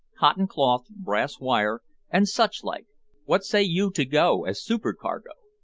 cotton cloth, brass wire, and such like what say you to go as supercargo?